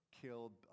killed